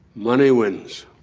money wins.